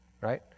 right